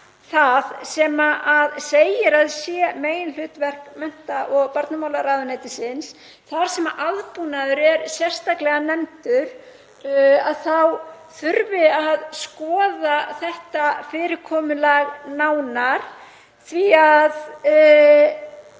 það sem segir að sé meginhlutverk mennta- og barnamálaráðuneytisins, þar sem aðbúnaður er sérstaklega nefndur, þá þurfi að skoða þetta fyrirkomulag nánar því að